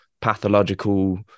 pathological